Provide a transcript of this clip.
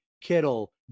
Kittle